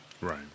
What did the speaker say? right